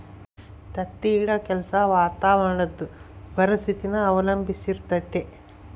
ತತ್ತಿ ಇಡೋ ಕೆಲ್ಸ ವಾತಾವರಣುದ್ ಪರಿಸ್ಥಿತಿನ ಅವಲಂಬಿಸಿರ್ತತೆ